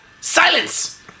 silence